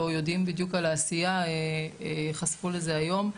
או יודעים בדיוק על העשייה ייחשפו לזה היום.